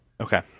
Okay